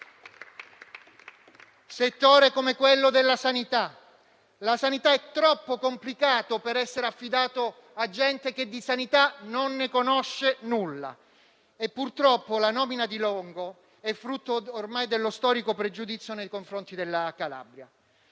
delicato come quello della sanità. La sanità è troppo complicata per essere affidata a gente che di sanità non conosce nulla. Purtroppo la nomina di Longo è frutto dell'ormai storico pregiudizio nei confronti della Calabria,